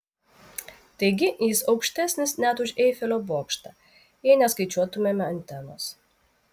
taigi jis aukštesnis net už eifelio bokštą jei neskaičiuotumėme antenos